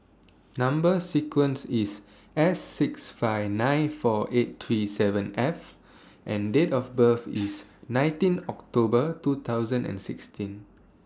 Number sequence IS S six five nine four eight three seven F and Date of birth IS nineteen October two thousand and sixteen